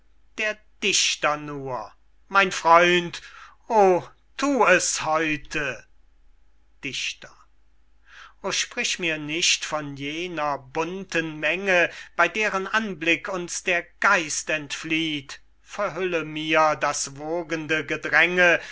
der dichter nur mein freund o thu es heute dichter o sprich mir nicht von jener bunten menge bey deren anblick uns der geist entflieht verhülle mir das wogende gedränge